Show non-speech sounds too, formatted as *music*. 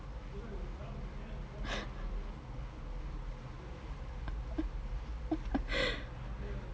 *laughs*